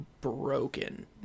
broken